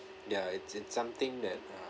ya it's it's something that uh